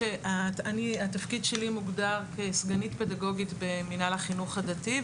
התפקיד שלי מוגדר כסגנית פדגוגית במנהל החינוך הדתי,